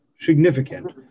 Significant